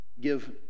give